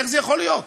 איך זה יכול להיות?